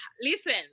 listen